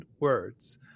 words